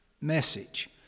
message